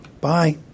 Bye